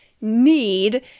need